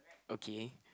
okay